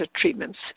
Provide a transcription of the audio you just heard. treatments